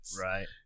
Right